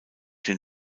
den